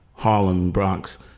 harlem, bronx.